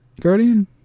Guardian